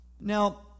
Now